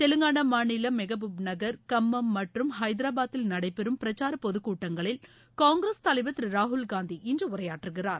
தெலங்கானா மாநிலம் மெகபூப் நகர் கம்மம் மற்றும் ஹைதரபாத்தில் நடைபெறும் பிரச்சார பொதுக் கூட்டங்களில் காங்கிரஸ் தலைவர் திரு ராகுல்காந்தி இன்று உரையாற்றுகிறார்